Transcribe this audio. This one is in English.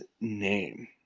name